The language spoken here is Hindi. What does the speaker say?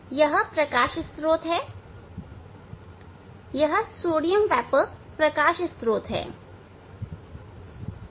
यह प्रकाश स्रोत है यह सोडियम वेपर प्रकाश स्त्रोत है